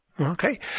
Okay